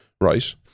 Right